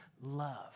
love